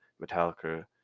Metallica